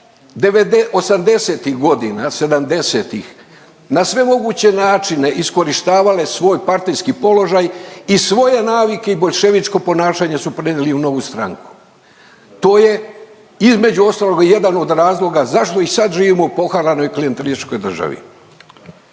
'80.-tih godina, '70.-tih na sve moguće načine iskorištavale svoj partijski položaj i svoje navike i boljševičko ponašanje su prenijeli u novu stranku. To je između ostaloga jedan od razloga zašto i sad živimo u poharanoj klijentelističkoj državi.